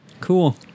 cool